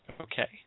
Okay